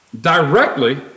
directly